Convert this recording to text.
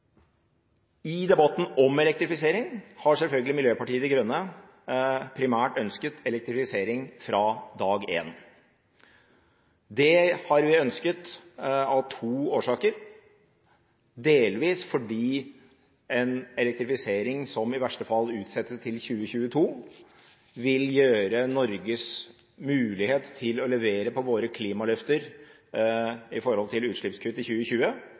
I debatten om elektrifisering har selvfølgelig Miljøpartiet De Grønne primært ønsket elektrifisering fra dag én. Det har vi ønsket av to årsaker, delvis fordi en elektrifisering som i verste fall utsettes til 2022, vil gjøre Norges mulighet til å levere på våre klimaløfter i forhold til utslippskutt i 2020